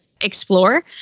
explore